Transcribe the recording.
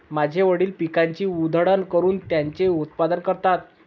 माझे वडील पिकाची उधळण करून त्याचे उत्पादन करतात